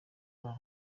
babo